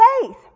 faith